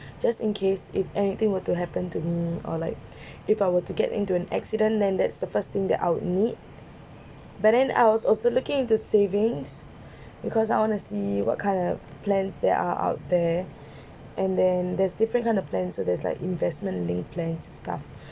just in case if anything were to happen to me or like if I were to get into an accident then that's the first thing that I would need but then I was also looking into savings because I want to see what kind of plans there are out there and then there is different kind of plans so that is like investment linked plans stuff